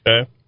Okay